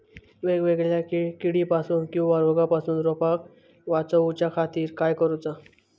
वेगवेगल्या किडीपासून किवा रोगापासून रोपाक वाचउच्या खातीर काय करूचा?